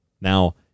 Now